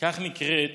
כך נקראת